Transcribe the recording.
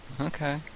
Okay